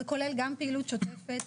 זה כולל גם פעילות שוטפת,